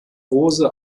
rose